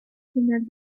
final